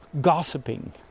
gossiping